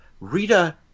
Rita